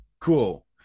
cool